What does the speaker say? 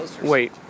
Wait